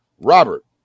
Robert